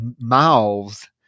mouths